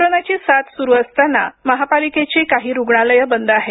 कोरोनाची साथ सुरू असताना महापालिकेची काही रुग्णालयंल बंद आहेत